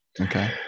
Okay